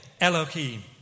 Elohim